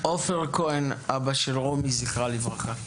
עופר כהן, אבא של רומי, זכרה לברכה.